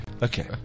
Okay